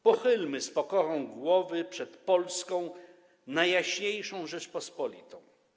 Pochylmy z pokorą głowy przed Polską, Najjaśniejszą Rzeczpospolitą.